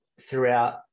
throughout